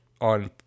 on